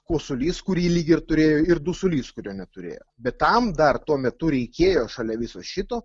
kosulys kurį lyg ir turėjo ir dusulys kurio neturėjo bet tam dar tuo metu reikėjo šalia viso šito